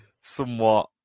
Somewhat